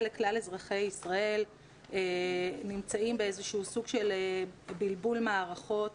לכלל אזרחי ישראל שנמצאים בסוג של בלבול מערכות.